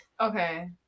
Okay